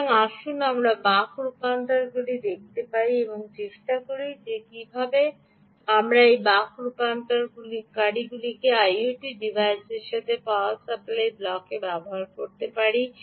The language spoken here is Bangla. সুতরাং আসুন আমরা বক রূপান্তরকারীগুলি দেখতে পাই এবং চেষ্টা করি এবং দেখি কীভাবে আমরা এই বক রূপান্তরকারীগুলি আইওটি ডিভাইসের পাওয়ার সাপ্লাই ব্লকে ব্যবহার করতে পারি